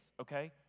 okay